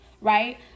right